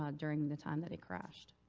um during the time that it crashed.